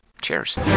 Cheers